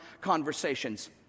conversations